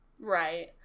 Right